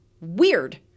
Weird